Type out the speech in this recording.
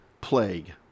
plague